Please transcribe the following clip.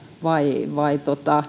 vai vai